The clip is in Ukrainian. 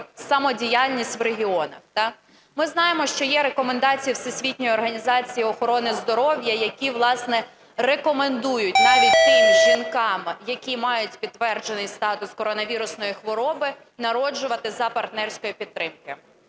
самодіяльність в регіонах. Ми знаємо, що є рекомендації Всесвітньої організації охорони здоров'я, які, власне, рекомендують навіть тим жінкам, які мають підтверджений статус коронавірусної хвороби, народжувати за партнерської підтримки.